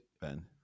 Ben